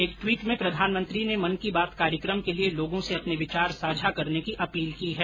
एक ट्वीट में प्रधानमंत्री ने मन की बात कार्यक्रम के लिए लोगों से अपने विचार साझा करने की अपील की है